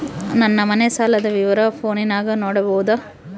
ನನ್ನ ಮನೆ ಸಾಲದ ವಿವರ ಫೋನಿನಾಗ ನೋಡಬೊದ?